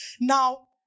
now